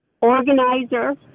organizer